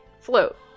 float